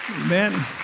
Amen